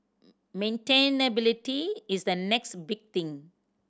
maintainability is the next big thing